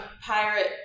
pirate